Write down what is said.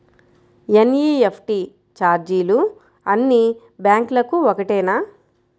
NEFT ఛార్జీలు అన్నీ బ్యాంక్లకూ ఒకటేనా?